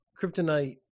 kryptonite